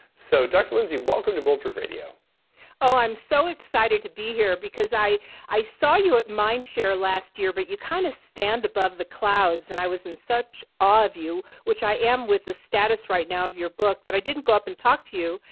so dr. lindsey welcome to bulletproof radio oh, i'm so excited to be here because i i saw you at mind share last year, but you kind of stand above the clouds and i was in such awe of you which i am with the status right now of your book that i didn't go up and talk to you.